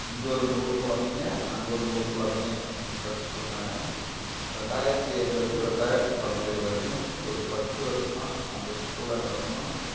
இங்கே ஒரு நூறு குழந்தைங்கள் அங்கே ஒரு நூறு குழந்தைங்கள் படித்திட்டு இருந்தாங்க ரெண்டாயிரத்தி ஏழில் இருந்து ரெண்டாயித்து பதினேழு வரைக்கும் ஒரு பத்து வருசமாக அந்த ஸ்கூலை நடத்தினோம்